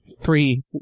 Three